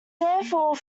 therefore